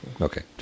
Okay